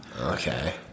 okay